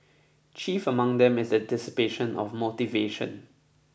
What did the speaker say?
chief among them is a dissipation of motivation